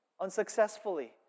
unsuccessfully